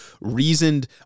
reasoned